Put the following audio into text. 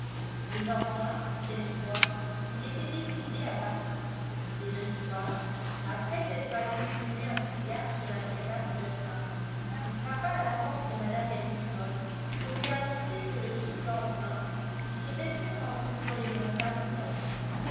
mais enfin cette fois il était décidé à partir et le soir après être allé fumer un cigare sur la terrasse durham il frappa à la porte de mme ellison pour lui annoncer que le surlendemain il se mettrait en route pour les montagnes blanches